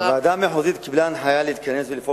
הוועדה המחוזית קיבלה הנחיה להתכנס ולפעול